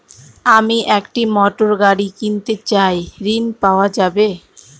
আমি একটি মোটরগাড়ি কিনতে চাই ঝণ পাওয়া যাবে?